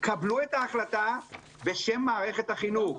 קבלו את ההחלטה בשם מערכת החינוך.